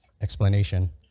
explanation